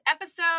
episode